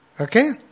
okay